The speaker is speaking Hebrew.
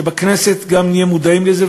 שבכנסת גם נהיה מודעים לזה,